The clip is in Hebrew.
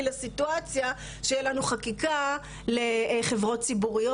לסיטואציה שיהיה לנו חקיקה לחברות ציבוריות.